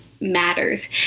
matters